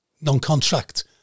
non-contract